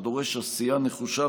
דורש עשייה נחושה,